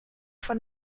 von